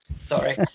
Sorry